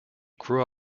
grew